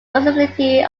municipality